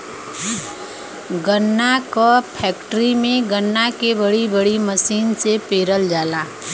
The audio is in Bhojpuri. गन्ना क फैक्ट्री में गन्ना के बड़ी बड़ी मसीन से पेरल जाला